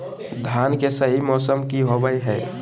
धान के सही मौसम की होवय हैय?